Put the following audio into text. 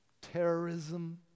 terrorism